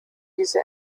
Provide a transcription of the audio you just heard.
diese